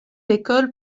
l’école